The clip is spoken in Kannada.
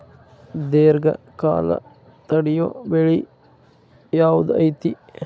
ದೇರ್ಘಕಾಲ ತಡಿಯೋ ಬೆಳೆ ಯಾವ್ದು ಐತಿ?